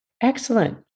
Excellent